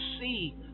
see